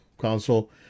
console